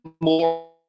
more